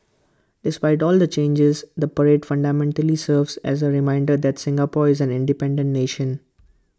despite all the changes the parade fundamentally serves as A reminder that Singapore is an independent nation